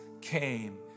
came